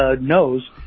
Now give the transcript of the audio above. knows